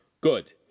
Good